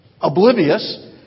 oblivious